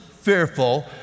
fearful